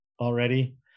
already